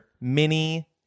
mini